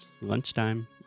lunchtime